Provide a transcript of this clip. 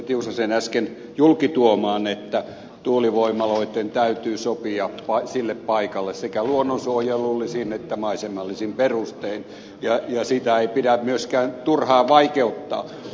tiusasen äsken julkituomaan että tuulivoimaloitten täytyy sopia sille paikalle sekä luonnonsuojelullisin että maisemallisin perustein ja sitä ei pidä myöskään turhaan vaikeuttaa